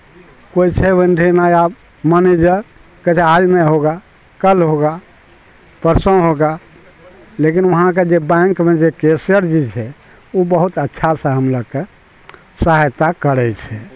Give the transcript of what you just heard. कोइ छै ओहिठाममे आब मैनेजर कहै छै आज नहीं होगा कल होगा परसो होगा लेकिन वहाँके जे बैँकमे जे कैशिअरजी छै ओ बहुत अच्छासे हमरा लोकके सहायता करै छै